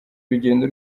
urugendo